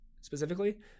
specifically